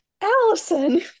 Allison